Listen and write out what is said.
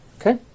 Okay